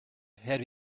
had